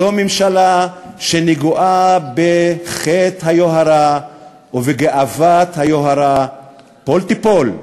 זו הממשלה הנגועה בחטא היוהרה ובגאוות היוהרה פול תיפול,